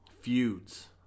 feuds